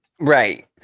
Right